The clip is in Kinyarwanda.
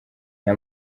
aya